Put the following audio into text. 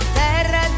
terra